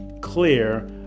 clear